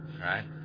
Right